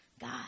God